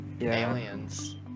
Aliens